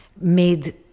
made